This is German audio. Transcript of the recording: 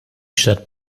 stadt